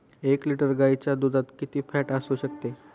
एक लिटर गाईच्या दुधात किती फॅट असू शकते?